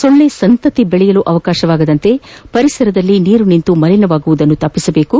ಸೊಳ್ಳೆ ಸಂತತಿ ಬೆಳೆಯಲು ಅವಕಾಶವಾಗದಂತೆ ಪರಿಸರದಲ್ಲಿ ನೀರು ನಿಂತು ಮಲಿನವಾಗುವುದನ್ನು ತಡೆಯಬೇಕು